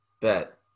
Bet